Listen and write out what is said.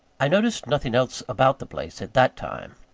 i noticed nothing else about the place at that time.